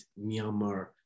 Myanmar